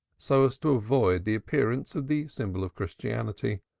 so as to avoid the appearance of the symbol of christianity,